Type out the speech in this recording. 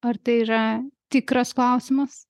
ar tai yra tikras klausimas